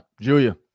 Julia